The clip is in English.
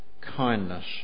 kindness